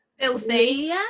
filthy